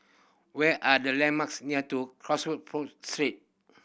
where are the landmarks near to